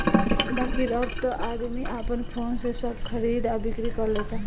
बाकिर अब त आदमी आपन फोने से सब खरीद आ बिक्री कर लेता